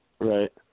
Right